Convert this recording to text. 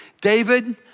David